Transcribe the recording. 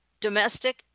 domestic